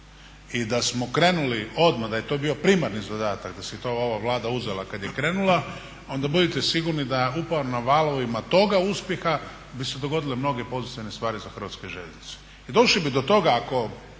I da smo krenuli odmah da je to bio primarni zadatak da si je to ova Vlada uzela kada je krenula onda budite sigurni da uporno na valovima toga uspjeha bi se dogodile mnoge pozitivne stvari za Hrvatske željeznice. I došli bi do toga da